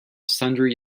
sundry